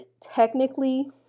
technically